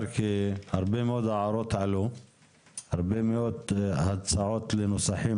כי עלו הרבה מאוד הערות והרבה הצעות לנוסחים.